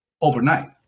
overnight